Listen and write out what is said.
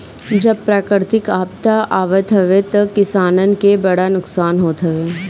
जब प्राकृतिक आपदा आवत हवे तअ किसानन के बड़ा नुकसान होत हवे